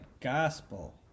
gospel